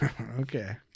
Okay